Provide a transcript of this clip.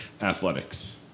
Athletics